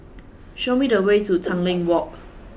show me the way to Tanglin Walk